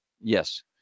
Yes